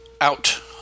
out